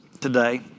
today